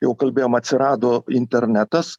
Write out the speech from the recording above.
jau kalbėjom atsirado internetas